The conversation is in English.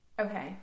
Okay